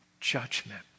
judgment